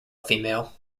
female